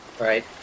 Right